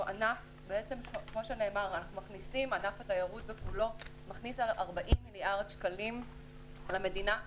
אנחנו ענף כאמור ענף התיירות מכניס 40 מיליארד שקלים למדינה.